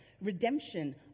redemption